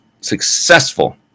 successful